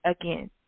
again